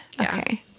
Okay